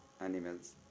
animals